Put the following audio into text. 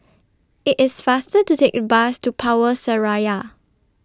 IT IS faster to Take The Bus to Power Seraya